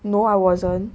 no I wasn't